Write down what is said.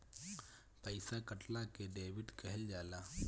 पइसा कटला के डेबिट कहल जाला